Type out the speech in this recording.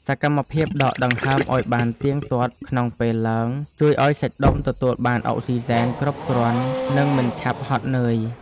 សកម្មភាពដកដង្ហើមឱ្យបានទៀងទាត់ក្នុងពេលឡើង ជួយឱ្យសាច់ដុំទទួលបានអុកស៊ីសែនគ្រប់គ្រាន់ និងមិនឆាប់ហត់នឿយ។